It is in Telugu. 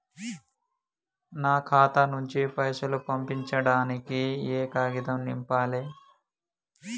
నా ఖాతా నుంచి పైసలు పంపించడానికి ఏ కాగితం నింపాలే?